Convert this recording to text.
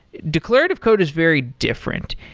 declarative code is very different.